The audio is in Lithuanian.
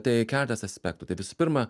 tai keletas aspektų tai visų pirma